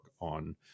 on